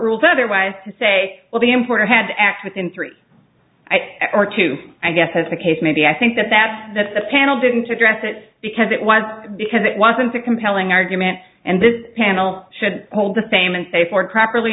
ruled otherwise to say well the important had to act within three or to i guess as the case may be i think that that that's a panel didn't address it because it was because it wasn't a compelling argument and this panel should hold the same and say for properly